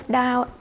down